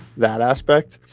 that aspect